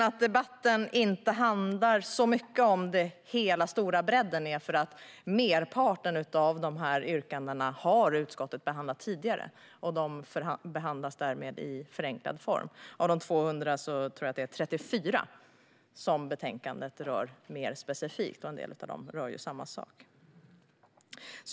Att debatten inte handlar så mycket om hela bredden beror på att merparten av dessa yrkanden har behandlats av utskottet tidigare, och de behandlas därför i förenklad form. Av de 200 tror jag att det är 34 som betänkandet behandlar mer specifikt, och en del av dem rör samma sak.